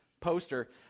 poster